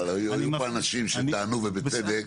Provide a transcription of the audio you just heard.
אבל היו פה אנשים שטענו ובצדק,